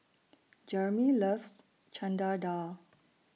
Jeramy loves Chana Dal